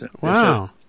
Wow